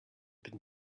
been